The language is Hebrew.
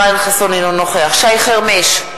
אינו נוכח שי חרמש,